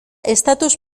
estatus